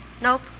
Nope